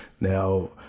Now